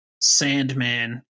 Sandman